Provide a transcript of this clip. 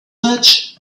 much